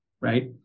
right